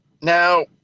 Now